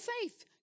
faith